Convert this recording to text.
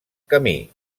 camí